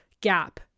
gap